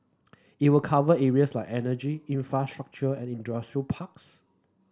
it will cover areas like energy infrastructure and industrial parks